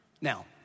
Now